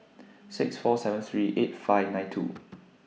six four seven three eight five nine two